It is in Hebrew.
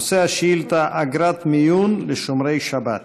נושא השאילתה: אגרת מיון לשומרי שבת.